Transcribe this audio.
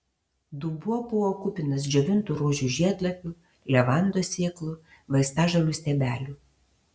dubuo buvo kupinas džiovintų rožių žiedlapių levandos sėklų vaistažolių stiebelių